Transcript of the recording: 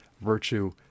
virtue